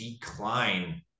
decline